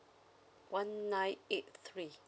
one nine eight three